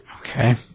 Okay